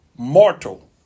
Mortal